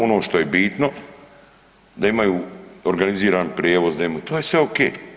Ono što je bitno da imaju organiziran prijevoz, da, to je sve ok.